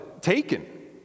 taken